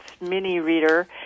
mini-reader